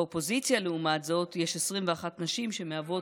באופוזיציה, לעומת זאת, יש 21 נשים, שמהוות,